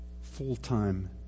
full-time